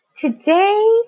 Today